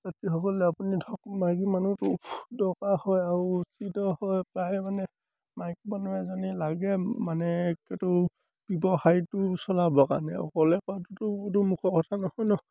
সেইসকলে আপুনি ধৰক মাইকী মানুহটো দৰকাৰ হয় আৰু উচিত হয় প্ৰায় মানে মাইকীমানুহ এজনী লাগে মানে এইটো ব্যৱসায়টো চলাব কাৰণে অকলে কৰাতোটো এইটো মুখৰ কথা নহয় নহয়